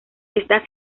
está